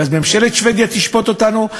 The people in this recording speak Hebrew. ואז ממשלת שבדיה תשפוט אותנו,